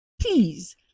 please